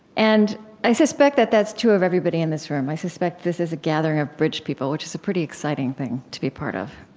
and i suspect that that's true of everybody in this room. i suspect this is a gathering of bridge people, which is a pretty exciting thing to be part of.